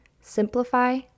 simplify